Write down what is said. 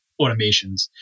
automations